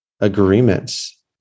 agreements